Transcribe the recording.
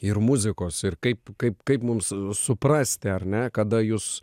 ir muzikos ir kaip kaip kaip mums suprasti ar ne kada jus